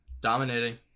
Dominating